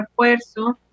refuerzo